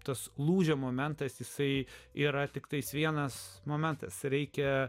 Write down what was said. tas lūžio momentas jisai yra tiktai vienas momentas reikia